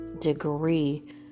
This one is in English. degree